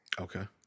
Okay